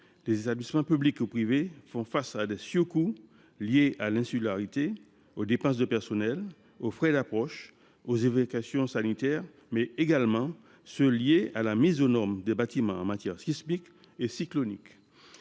les établissements publics ou privés font face à des surcoûts liés à l’insularité, aux dépenses de personnel, aux frais d’approche, aux évacuations sanitaires, mais également aux coûts liés à la mise aux normes des bâtiments en matière sismique et cyclonique.